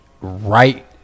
right